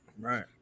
Right